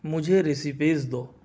مجھے ریسیپیز دو